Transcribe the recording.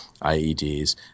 IEDs